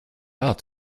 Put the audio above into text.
art